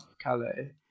Calais